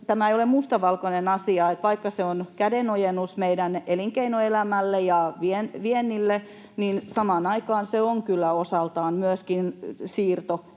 tämä ei ole mustavalkoinen asia, niin vaikka se on kädenojennus meidän elinkeinoelämälle ja viennille, niin samaan aikaan se on kyllä osaltaan myöskin tulonsiirto